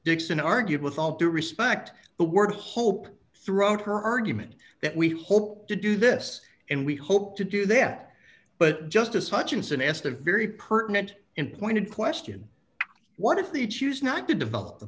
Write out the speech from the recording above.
dixon argued with all due respect the word hope throughout her argument that we hope to do this and we hope to do that but justice hutchinson asked the very pertinent in pointed question what if they choose not to develop the